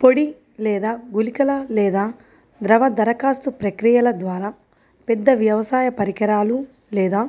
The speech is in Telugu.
పొడి లేదా గుళికల లేదా ద్రవ దరఖాస్తు ప్రక్రియల ద్వారా, పెద్ద వ్యవసాయ పరికరాలు లేదా